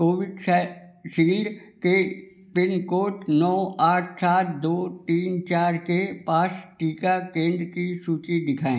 Covishield के लिए pin code नौ आठ सात दो तीन चार के पास टीका केंद्र की सूची दिखाएँ